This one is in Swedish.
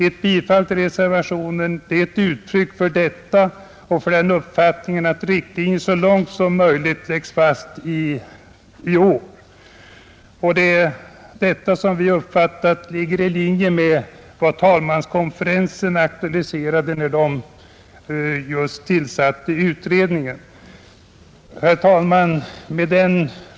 Ett bifall till reservationen är ett uttryck för detta och för den uppfattningen att riktlinjer så långt möjligt läggs fast i år. Detta ligger enligt vår uppfattning i linje med vad talmanskonferensen aktualiserade när den tillsatte utredningen. Herr talman!